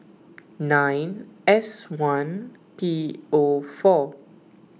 nine S one P O four